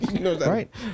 Right